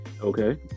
okay